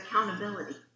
accountability